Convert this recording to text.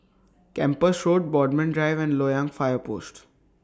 Kempas Road Bodmin Drive and Loyang Fire Post